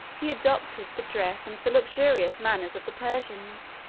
he adopted the dress and the luxurious manners of the persians.